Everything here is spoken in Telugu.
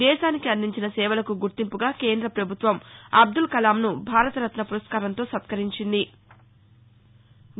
దేశానికి అందించిన సేవలకు గుర్తింపుగా కేంద్ర ప్రభుత్వం అబ్దుల్కలామ్ను భారతరత్న పురస్కారంతో సత్కరించింది